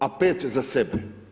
A 5 za sebe?